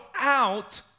out